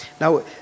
Now